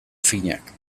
finak